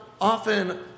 often